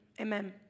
Amen